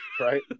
right